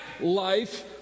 life